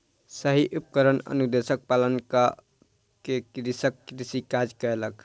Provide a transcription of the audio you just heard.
सही उपकरण अनुदेशक पालन कअ के कृषक कृषि काज कयलक